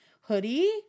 hoodie